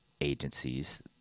agencies